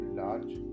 large